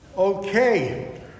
Okay